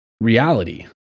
reality